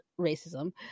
racism